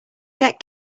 get